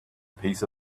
piece